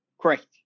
Correct